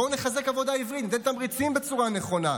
בואו נחזק עבודה עברית, ניתן תמריצים בצורה נכונה.